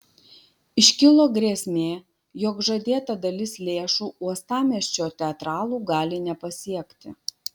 iškilo grėsmė jog žadėta dalis lėšų uostamiesčio teatralų gali nepasiekti